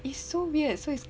it's so weird so it's kind